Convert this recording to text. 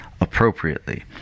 appropriately